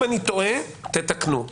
אם אני טועה, תתקנו.